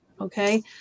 Okay